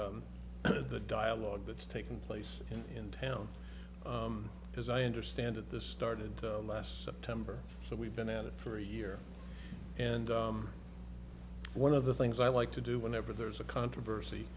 dialogue that's taking place in town as i understand it this started last september so we've been at it for a year and one of the things i like to do whenever there's a controversy